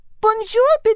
Bonjour